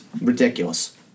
ridiculous